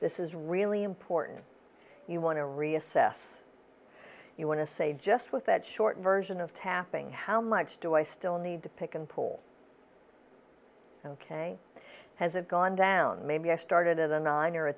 this is really important you want to reassess you want to say just with that short version of tapping how much do i still need to pick and pull ok has it gone down maybe i started a nine or a